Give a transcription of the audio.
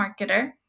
marketer